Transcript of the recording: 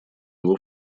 его